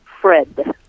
Fred